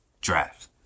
draft